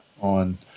on